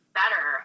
better